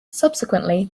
subsequently